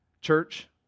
Church